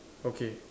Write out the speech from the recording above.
okay